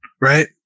Right